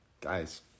guys